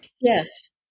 Yes